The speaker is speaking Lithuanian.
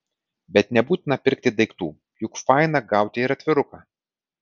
bet nebūtina pirkti daiktų juk faina gauti ir atviruką